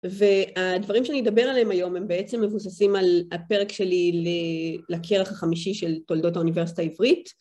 והדברים שאני אדבר עליהם היום הם בעצם מבוססים על הפרק שלי לקרח החמישי של תולדות האוניברסיטה העברית.